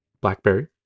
Blackberry